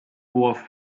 worth